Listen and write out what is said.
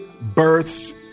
births